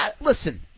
listen